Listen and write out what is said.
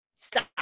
stop